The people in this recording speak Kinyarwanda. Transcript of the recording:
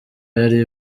yari